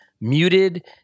muted